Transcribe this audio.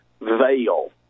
veil